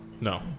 No